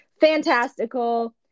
fantastical